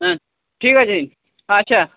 হ্যাঁ ঠিক আছে আচ্ছা